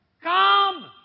come